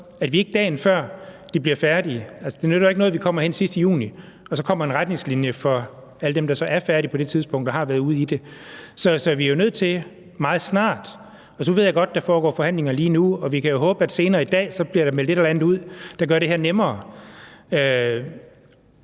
melder ud, dagen før de bliver færdige. Altså, det nytter ikke noget, at vi kommer hen sidst i juni, og så kommer der en retningslinje for alle dem, der så er færdige på det tidspunkt og har været ude i det. Så vi er jo nødt til at have det meget snart. Så ved jeg godt, at der foregår forhandlinger lige nu, og vi kan jo håbe, at der senere i dag bliver meldt et eller andet ud, der gør det her nemmere. Men